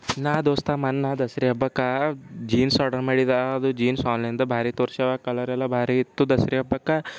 ನಾ ದೋಸ್ತ ಮೊನ್ನೆ ದಸರ ಹಬ್ಬಕ್ಕೆ ಜೀನ್ಸ್ ಆರ್ಡರ್ ಮಾಡಿದ್ದ ಅದು ಜೀನ್ಸ್ ಆನ್ಲೈನ್ದಾಗೆ ಭಾರಿ ತೋರಿಸ್ಯಾವ ಕಲರೆಲ್ಲ ಭಾರಿ ಇತ್ತು ದಸರ ಹಬ್ಬಕ್ಕೆ